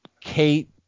Kate